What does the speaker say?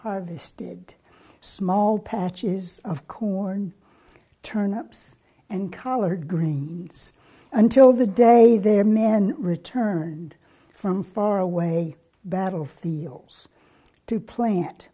harvested small patches of corn turnips and collard greens until the day their men returned from far away battlefields to pla